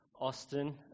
Austin